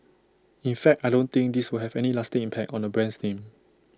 in fact I don't think this will have any lasting impact on the brand name